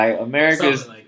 America's